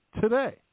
today